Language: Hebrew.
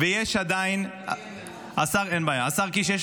השר קיש,